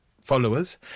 followers